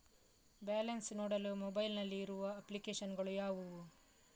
Balance ನೋಡಲು mobile ನಲ್ಲಿ ಇರುವ ಅಪ್ಲಿಕೇಶನ್ ಗಳು ಯಾವುವು?